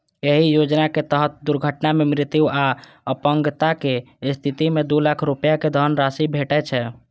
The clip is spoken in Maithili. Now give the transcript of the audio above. एहि योजनाक तहत दुर्घटना मे मृत्यु आ अपंगताक स्थिति मे दू लाख रुपैया के धनराशि भेटै छै